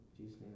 Jesus